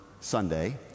Sunday